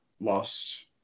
lost